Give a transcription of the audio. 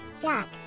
Jack